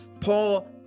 Paul